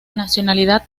nacionalidad